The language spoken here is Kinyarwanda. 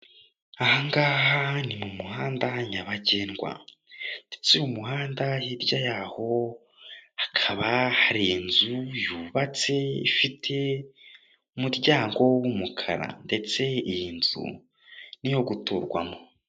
Ahangaha ni m'umuhanda nyabagendwa, munsu y'umuhanda hirya yaho hakaba hari inzu yubatse ifite umuryango w'umukara ndetse iy'inzu ni iyo guturwamo.